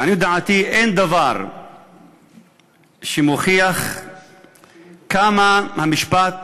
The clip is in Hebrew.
לעניות דעתי, אין דבר שמוכיח כמה המשפט